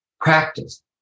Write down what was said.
practice